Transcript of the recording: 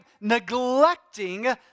neglecting